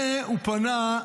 בזה הוא פנה,